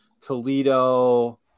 Toledo